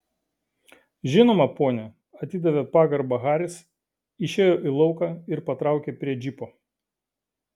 žinoma pone atidavė pagarbą haris išėjo į lauką ir patraukė prie džipo